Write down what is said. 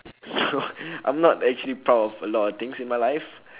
so I'm not actually proud of a lot of things in my life